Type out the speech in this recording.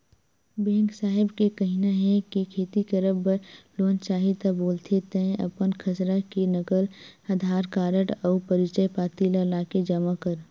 bank साहेब के कहिना हे के खेती करब बर लोन चाही ता बोलथे तंय अपन खसरा के नकल, अधार कारड अउ परिचय पाती ल लाके जमा कर